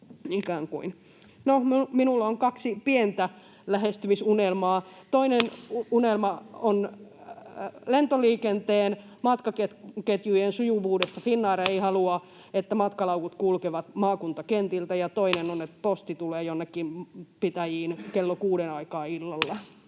minulla on kaksi pientä lähestymisunelmaa: Toinen unelma on lentoliikenteen matkaketjujen sujuvuudesta. Finnair ei halua, että matkalaukut kulkevat maakuntakentiltä. Ja toinen on, että posti tulee jonnekin pitäjiin kello kuuden aikaan